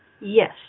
Yes